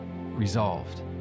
resolved